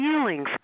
feelings